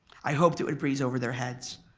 i hoped it would breeze over their heads.